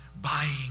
buying